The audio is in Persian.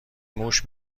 موش